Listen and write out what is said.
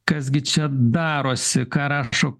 kas gi čia darosi ką rašo